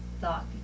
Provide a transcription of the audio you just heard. thought